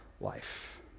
life